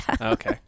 Okay